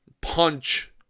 punch